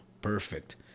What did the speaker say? perfect